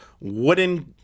wooden